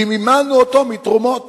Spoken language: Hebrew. כי מימנו אותו מתרומות.